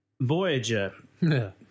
Voyager